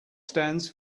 stands